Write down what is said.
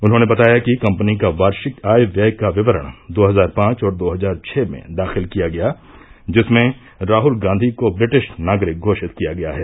उन्होंने बताया कि कंपनी का वार्षिक आय व्यय का विवरण दो हजार पांच और दो हजार छः में दाखिल किया गया जिसमें राहल गांधी को ब्रिटिश नागरिक घोषित किया गया है